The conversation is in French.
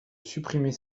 supprimer